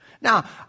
Now